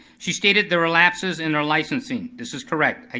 she stated there were lapses in our licensing. this is correct,